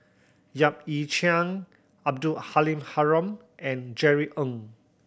Yap Ee Chian Abdul Halim Haron and Jerry Ng